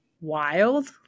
wild